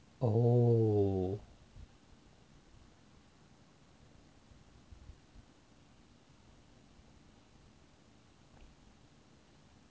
oh